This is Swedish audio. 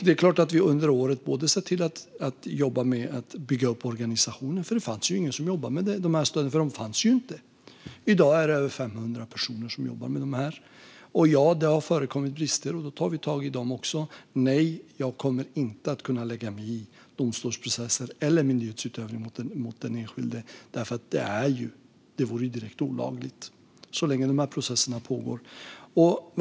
Det är klart att vi under året har sett till att jobba med att bygga upp organisationen. Det fanns ju ingen som jobbade med dessa stöd eftersom de inte fanns. I dag är det över 500 personer som jobbar med dem. Ja, det har förekommit brister, och vi tar tag i dem. Nej, jag kommer inte att kunna lägga mig i domstolsprocesser eller myndighetsutövning mot enskild - det vore direkt olagligt - så länge dessa processer pågår.